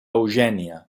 eugènia